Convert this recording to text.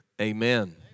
Amen